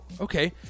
okay